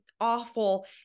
awful